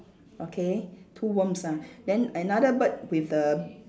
okay two worms ah then another bird with the